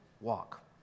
walk